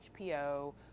HPO